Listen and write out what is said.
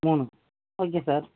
மூணு okay sir